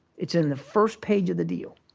it's in the first page of the deal.